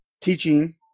teaching